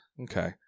Okay